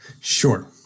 Sure